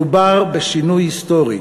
מדובר בשינוי היסטורי.